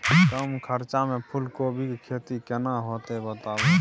कम खर्चा में फूलकोबी के खेती केना होते बताबू?